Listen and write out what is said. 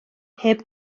heb